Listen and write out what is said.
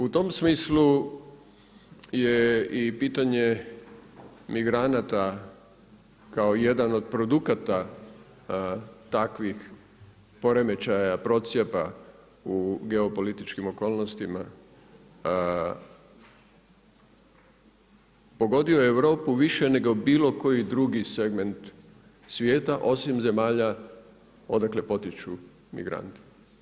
U tom smislu je i pitanje migranata kao jedan od produkata takvih poremećaja, procjepa u geopolitičkim okolnostima, pogodio je Europu više nego bilo koji drugi segment svijeta osim zemalja odakle potiču migranti.